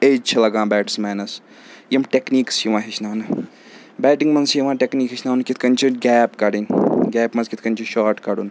ایٚج چھِ لَگان بیٹٕسمینَس یِم ٹٮ۪کنیٖکٕس چھِ یِوان ہیٚچھناونہٕ بیٹِنٛگ منٛز چھِ یِوان ٹٮ۪کنیٖک ہیٚچھناونہٕ کِتھ کَنۍ چھِ گیپ کَڑٕنۍ گیپہِ منٛز کِتھ کَنۍ چھِ شاٹ کَڑُن